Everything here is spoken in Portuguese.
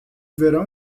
verão